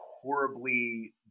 horribly